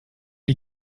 die